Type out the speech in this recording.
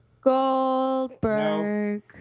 Goldberg